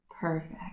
Perfect